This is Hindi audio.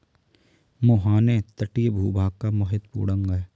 मुहाने तटीय भूभाग का महत्वपूर्ण अंग है